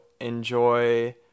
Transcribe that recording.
enjoy